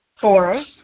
Four